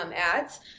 ads